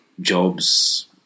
jobs